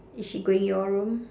is she going your room